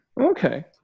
Okay